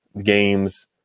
games